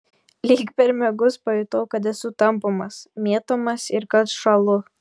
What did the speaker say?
lyg per miegus pajutau kad esu tampomas mėtomas ir kad šąlu